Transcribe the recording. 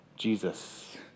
Jesus